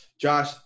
Josh